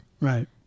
Right